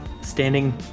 standing